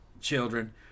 children